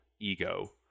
ego